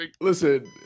Listen